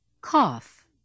cough